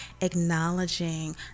acknowledging